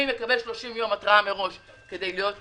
מי מקבל 30 יום התרעה מראש כדי להיות מפוטר,